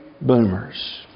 boomers